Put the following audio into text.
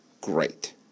great